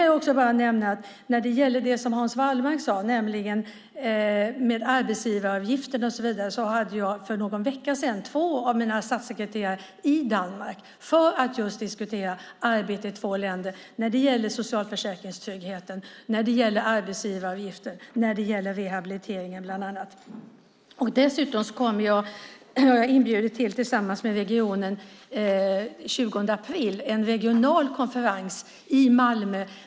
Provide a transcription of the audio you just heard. Jag kan nämna att när det gäller det som Hans Wallmark sade om arbetsgivaravgiften och så vidare var två av mina statssekreterare för någon vecka sedan i Danmark för att just diskutera arbete i två länder när det gäller bland annat socialförsäkringstrygghet, arbetsgivaravgifter och rehabilitering. Dessutom har jag tillsammans med regionen inbjudit till en regional konferens den 20 april i Malmö.